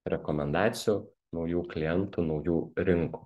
rekomendacijų naujų klientų naujų rinkų